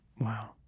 Wow